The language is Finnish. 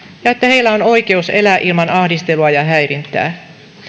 ja että heillä on oikeus elää ilman ahdistelua ja häirintää